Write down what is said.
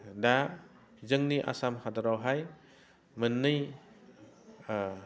दा जोंनि आसाम हादरावहाय मोन्नै